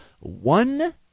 one